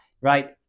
right